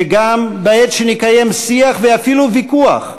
שגם בעת שנקיים שיח, ואפילו ויכוח,